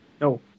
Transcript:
No